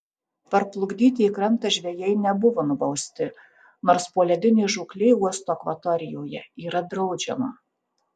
parplukdyti į krantą žvejai nebuvo nubausti nors poledinė žūklė uosto akvatorijoje yra draudžiama